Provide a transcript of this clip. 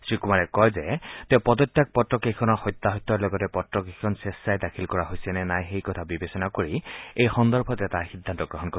অধ্যক্ষই কয় যে তেওঁ পদত্যাগ পত্ৰকেইখনৰ সত্যাসত্যৰ লগতে স্বেচ্ছাই পত্ৰকেইখন দাখিল কৰা হৈছে নে নাই সেই কথা বিবেচনা কৰি এই সন্দৰ্ভত এটা সিদ্ধান্ত গ্ৰহণ কৰিব